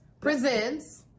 presents